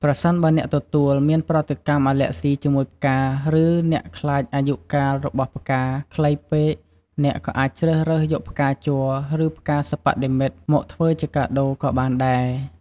ប្រសិនបើអ្នកទទួលមានប្រតិកម្មអាលែហ្ស៊ីជាមួយផ្កា ឬ អ្នកខ្លាចអាយុកាលរបស់ផ្កាខ្លីពេក អ្នកក៏អាចជ្រើសរើសយក ផ្កាជ័រ ឬ ផ្កាសិប្បនិម្មិត មកធ្វើជាកាដូក៏បានដែរ។